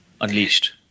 unleashed